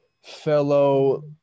fellow